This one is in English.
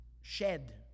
shed